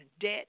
debt